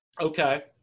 Okay